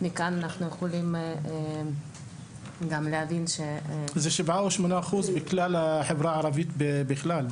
מכאן אנחנו יכולים גם להבין --- זה 7% או 8% מכלל החברה הערבית בכלל,